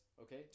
okay